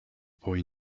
boy